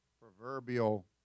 proverbial